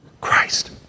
Christ